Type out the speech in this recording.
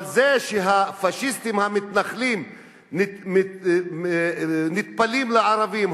אבל זה שהפאשיסטים המתנחלים נטפלים לערבים,